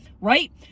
right